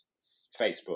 Facebook